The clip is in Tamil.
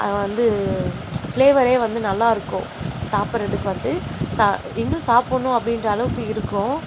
வந்து ஃப்ளேவரே வந்து நல்லாயிருக்கும் சாப்பிட்றத்துக்கு வந்து சா இன்னும் சாப்புட்ணும் அப்படின்ற அளவுக்கு இருக்கும்